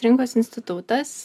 rinkos institutas